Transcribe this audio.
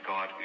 God